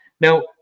Now